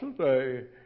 today